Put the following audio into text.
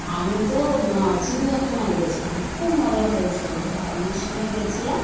আমি তো চিড়িয়াখানায় গিয়েছিলাম খুব মজা হয়েছিলো বাবা মার সঙ্গে গিয়েছিলাম